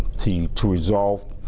team to resolved.